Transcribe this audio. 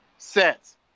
sets